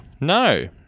no